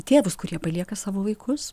tėvus kurie palieka savo vaikus